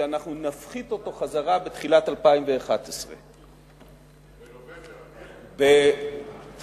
שאנחנו נפחית אותו חזרה בתחילת 2011. בנובמבר